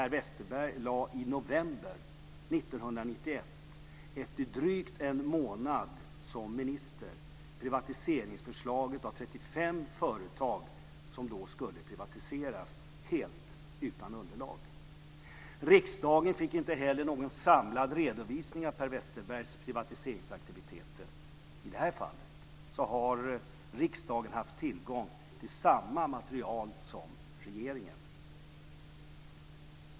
företag som då skulle privatiseras, helt utan underlag. Riksdagen fick inte heller någon samlad redovisning av Per Westerbergs privatiseringsaktiviteter. I det här fallet har riksdagen haft tillgång till samma material som regeringen.